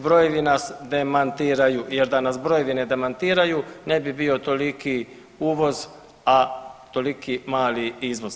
Brojevi nas demantiraju, jer da nas brojevi ne demantiraju ne bi bio toliki uvoz, a toliki mali izvoz.